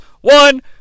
One